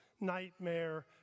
nightmare